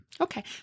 okay